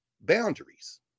boundaries